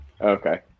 Okay